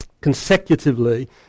Consecutively